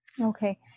Okay